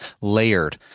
layered